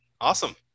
Awesome